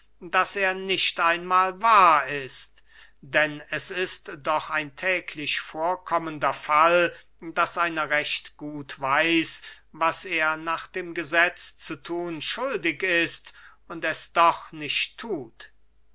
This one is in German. daß er nicht einmahl wahr ist denn es ist doch ein täglich vorkommender fall daß einer recht gut weiß was er nach dem gesetz zu thun schuldig ist und es doch nicht thut